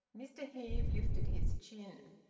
mr heve lifted his chin.